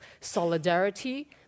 solidarity